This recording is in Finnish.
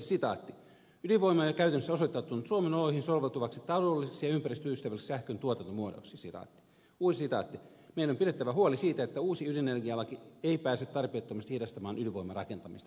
ydinvoima on jo käytännössä osoittautunut suomen oloihin soveltuvaksi taloudelliseksi ja ympäristöystävälliseksi sähkön tuotantomuodoksi meidän on pidettävä huoli siitä ettei uusi ydinenergialaki ei pääse tarpeettomasti hidastamaan ydinvoiman rakentamista